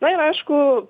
na ir aišku